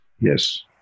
Yes